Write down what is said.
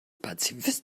pazifist